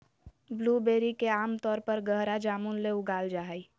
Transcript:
blueberry के आमतौर पर गहरा जामुन ले उगाल जा हइ